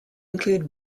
include